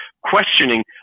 questioning